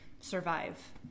survive